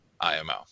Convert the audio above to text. IMO